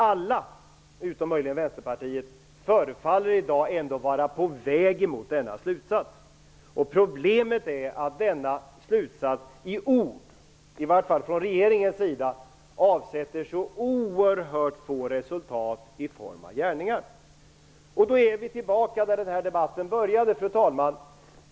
Alla - utom möjligen Västerpartiet - förefaller i dag ändå att vara på väg mot denna slutsats. Problemet är att denna slutsats i ord - i varje fall från regeringens sida - avsätter så oerhört få resultat i form av gärningar. Fru talman! Då är vi tillbaka där den här debatten började.